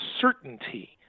certainty